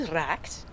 raakt